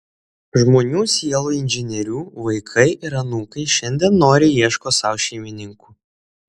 žmonių sielų inžinierių vaikai ir anūkai šiandien noriai ieško sau šeimininkų